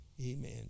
Amen